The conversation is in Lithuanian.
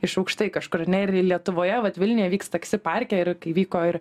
iš aukštai kažkur ar ne ir lietuvoje vat vilniuje vyks taksi parke ir kai vyko ir